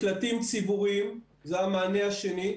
מקלטים ציבוריים, זה המענה השני.